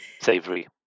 Savory